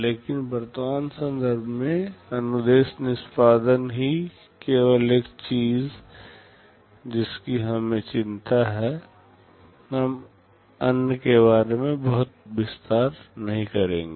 लेकिन वर्तमान संदर्भ में अनुदेश निष्पादन ही केवल एक चीज जिसकी हमें चिंता है हम अन्य के बारे में बहुत विस्तार नहीं करेंगे